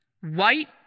white